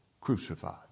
crucified